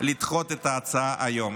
לדחות את ההצעה היום.